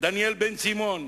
דניאל בן-סימון,